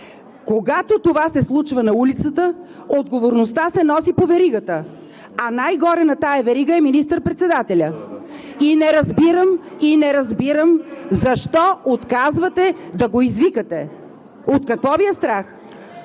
Когато това се случва на улицата, отговорността се носи по веригата, а най-горе на тази верига е министър-председателят. И не разбирам защо отказвате да го извикате? От какво Ви е страх?